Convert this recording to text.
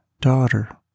Daughter